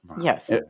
Yes